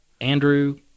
Andrew